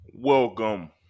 Welcome